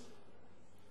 מה הקשר?